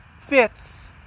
fits